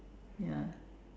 ya